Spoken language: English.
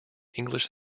english